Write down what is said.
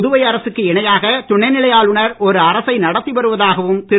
புதுவை அரசுக்கு இணையாக துணைநிலை ஆளுநர் ஒரு அரசை நடத்தி வருவதாகவும் திரு